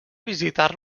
visitar